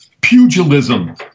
pugilism